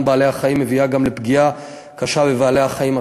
בעלי-החיים מביאה גם לפגיעה קשה בבעלי-החיים עצמם,